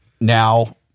now